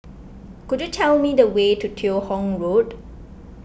could you tell me the way to Teo Hong Road